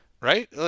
right